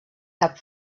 cap